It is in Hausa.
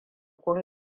kun